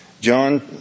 John